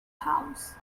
house